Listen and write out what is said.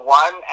one